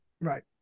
Right